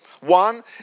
One